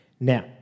Now